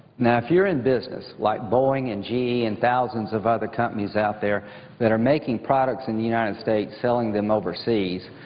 if you're in business like boeing and g e. and thousands of other companies out there that are making products in the united states selling them overseas,